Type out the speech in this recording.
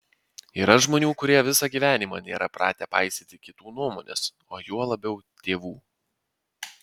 yra žmonių kurie visą gyvenimą nėra pratę paisyti kitų nuomonės o juo labiau tėvų